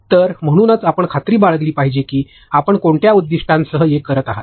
तर म्हणूनच आपण खात्री बाळगली पाहिजे की आपण कोणत्या उद्दीष्ट्यासाठी हे करत आहात